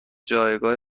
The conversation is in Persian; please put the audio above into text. جایگاه